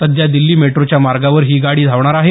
सध्या दिल्ली मेट्रोच्या मार्गावर ही गाडी धावणार आहे